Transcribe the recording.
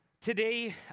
today